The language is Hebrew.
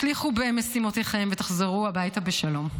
תצליחו במשימותיכם ותחזרו הביתה בשלום.